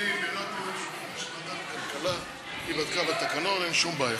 היא בדקה בתקנון, אין שום בעיה.